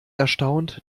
erstaunt